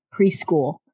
preschool